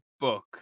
book